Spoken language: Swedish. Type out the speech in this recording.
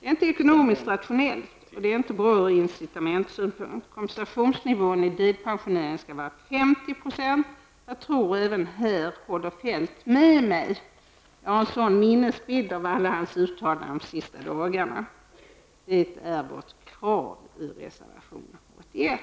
Det är inte ekonomiskt rationellt och det är inte bra ur incitamentsynpunkt. Kompensationsnivån i delpensioneringen skall vara 50 %. Jag tror att Feldt håller med mig även här. Jag har en sådan minnesbild av alla hans uttalanden de sista dagarna. Detta är vårt krav i reservation 81.